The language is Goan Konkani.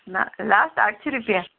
ना लास्ट आटशीं रुपया